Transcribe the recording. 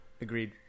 agreed